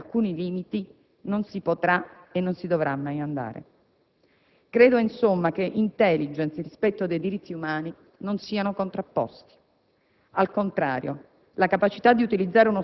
Quindi, l'ottenimento del risultato non deve mai essere subordinato a regole, procedure o garanzie. Dobbiamo confrontarci con quella che potrei definire la "cultura del limite",